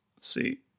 see